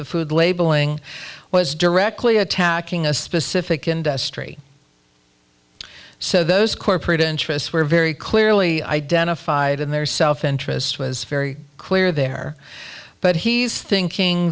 the food labeling was directly attacking a specific industry so those corporate interests were very clearly identified and their self interest was very clear there but he's thinking